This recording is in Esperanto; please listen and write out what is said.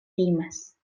timas